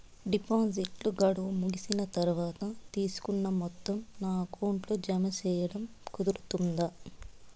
డిపాజిట్లు గడువు ముగిసిన తర్వాత, తీసుకున్న మొత్తం నా అకౌంట్ లో జామ సేయడం కుదురుతుందా?